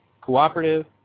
cooperative